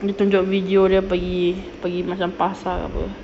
dia tunjuk video dia pergi dia pergi macam pasar ke apa